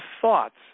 thoughts